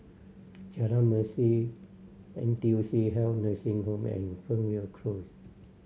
Jalan Mesin N T U C Health Nursing Home and Fernvale Close